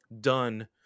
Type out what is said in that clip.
done